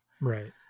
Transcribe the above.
Right